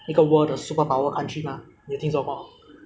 ah 这个病情这个情况会比较好一点 ah